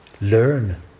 learn